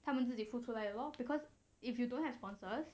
他们自己付出来的 lor because if you don't have sponsors